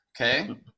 okay